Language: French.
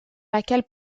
laquelle